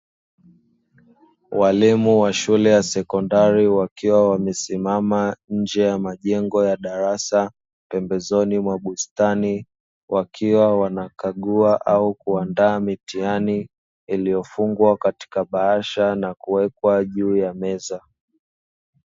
Walimu wa shule ya sekondari wakiwa wamesimama nje ya majengo ya darasa, pembezoni mwa bustani wakiwa wanakagua au kuandaa mitihani, iliyofungwa katika bahasha na kuwekwa juu ya meza.